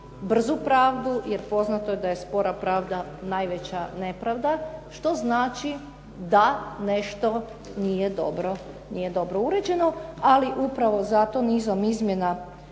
brzu pravdu jer poznato je da je spora pravda najveća nepravda, što znači da nešto nije dobro uređeno, ali upravo zato nizom izmjena